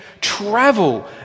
travel